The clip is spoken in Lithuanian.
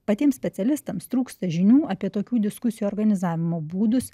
patiem specialistams trūksta žinių apie tokių diskusijų organizavimo būdus